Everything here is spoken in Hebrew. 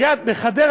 בחדרה,